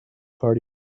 party